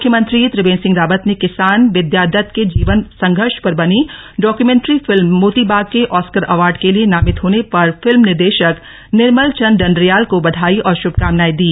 मुख्यमंत्री त्रिवेन्द्र सिंह रावत ने किसान विद्यादत्त के जीवन संघर्ष पर बनी डॉक्यूमेंट्री फिल्म मोतीबाग के आस्कर अवार्ड के लिए नामित होने पर फिल्म निर्देशक निर्मल चंद्र डंडरियाल को बधाई और शभकामनाएं दी